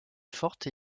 fortes